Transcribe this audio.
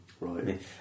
Right